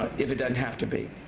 if it doesn't have to be.